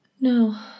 No